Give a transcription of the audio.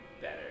better